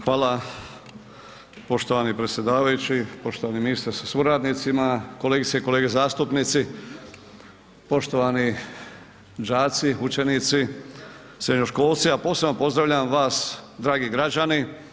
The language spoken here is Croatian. Hvala poštovani predsjedavajući, poštovani ministre sa suradnicima, kolegice i kolege zastupnici, poštovani đaci, učenici, srednjoškolci a posebno pozdravljam vas dragi građani.